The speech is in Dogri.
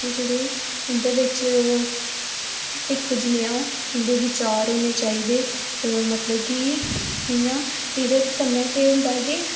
के जेह्ड़े इं'दे बिच्च इक जनेहा इं'दे बिचार होने चाहिदे मतलब कि इ'यां एह्दे कन्नै केह् होंदा ऐ कि